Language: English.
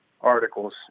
articles